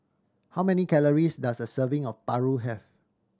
how many calories does a serving of paru have